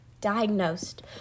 diagnosed